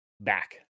back